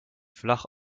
flach